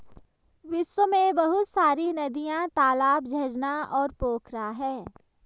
विश्व में बहुत सारी नदियां, तालाब, झरना और पोखरा है